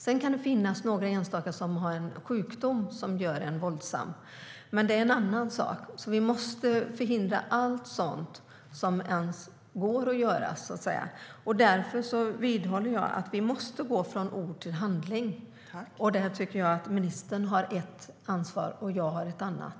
Sedan kan det finnas några enstaka som har en sjukdom som gör dem våldsamma, men det är en annan sak. Jag vidhåller att vi måste gå från ord till handling. Där har ministern ett ansvar och jag har ett annat.